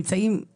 זה מסלול מהמם,